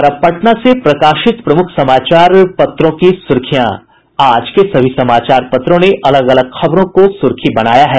और अब पटना से प्रकाशित प्रमुख समाचार पत्रों की सुर्खियां आज के सभी समाचार पत्रों ने अलग अलग खबरों को सुर्खी बनाया है